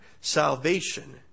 Salvation